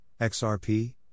XRP